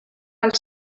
els